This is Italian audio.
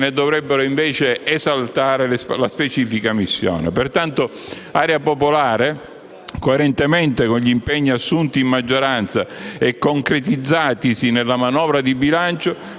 ne dovrebbero invece esaltare la specifica missione. Pertanto, il Gruppo di Area Popolare, coerentemente con gli impegni assunti in maggioranza e concretizzatisi nella manovra di bilancio,